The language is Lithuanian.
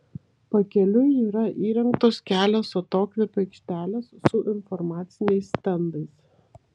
pakeliui yra įrengtos kelios atokvėpio aikštelės su informaciniais stendais